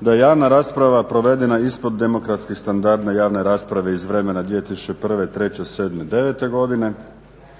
da javna rasprava provedena ispod demokratskih standarda javne rasprave iz vremena 2001., treće, sedme,